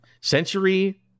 century